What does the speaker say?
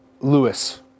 Lewis